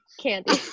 candy